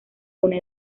una